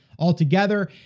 altogether